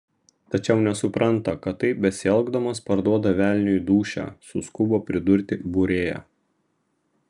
tačiau nesupranta kad taip besielgdamos parduoda velniui dūšią suskubo pridurti būrėja